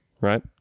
right